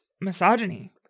Misogyny